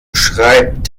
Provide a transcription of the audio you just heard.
schreibt